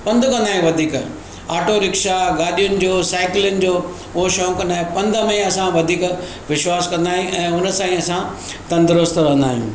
पंधु कंदा आहियूं वधीक ऑटोरिक्षा गॾियुनि जो साइकिलियुनि जो उहो शौंक़ु नाहे पंध में असां विश्वास कंदा आहियूं ऐं उनसां ई असां तंदुरुस्तु रहंदा आहियूं